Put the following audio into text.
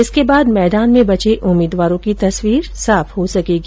इसके बाद मैदान में बचे उम्मीदवारों की तस्वीर साफ हो सकेगी